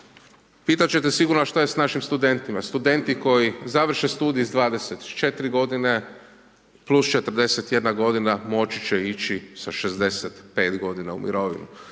Pitat će te sigurno a šta je s naši studentima, studenti koji završe studij sa 24 g. plus 41 g., moći će ići sa 65 g. u mirovinu.